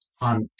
on